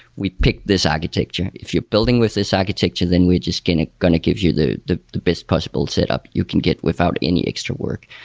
we picked this architecture. if you're building with this architecture, then we're just going ah going to give you the best best possible setup you can get without any extra work.